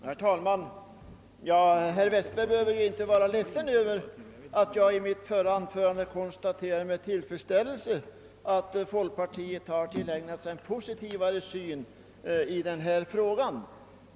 Herr talman! Herr Westberg i Ljusdal behöver ju inte vara ledsen över att jag i mitt förra anförande med tillfredsställelse konstaterat att folkpartiet har tillägnat sig en positivare syn i denna fråga.